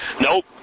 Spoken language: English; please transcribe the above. Nope